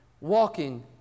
walking